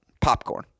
Popcorn